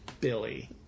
Billy